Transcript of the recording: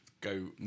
go